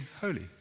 holy